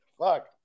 fuck